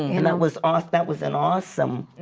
and that was ah that was an awesome.